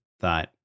thought